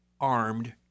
armed